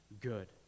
good